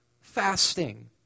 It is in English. fasting